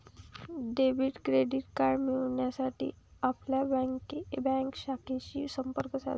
debit credit card मिळविण्यासाठी आपल्या bank शाखेशी संपर्क साधा